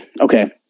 okay